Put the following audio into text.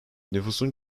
nüfusun